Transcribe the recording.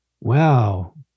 Wow